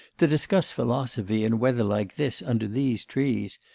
to discuss philosophy in weather like this under these trees.